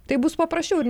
taip bus paprasčiau ir